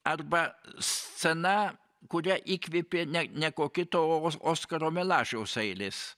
arba scena kurią įkvėpė ne ne ko kito o oskaro milašiaus eilės